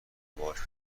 باهاش